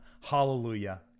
Hallelujah